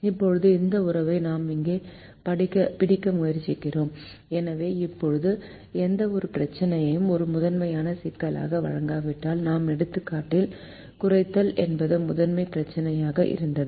இப்போது அந்த உறவை நாம் இங்கே பிடிக்க முயற்சிக்கிறோம் எனவே இப்போது எந்தவொரு பிரச்சினையும் ஒரு முதன்மை சிக்கலாக வழங்கப்பட்டால் நாம் எடுத்துக்காட்டில் குறைத்தல் என்பது முதன்மை பிரச்சினையாக இருந்தது